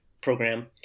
program